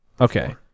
okay